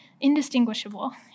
indistinguishable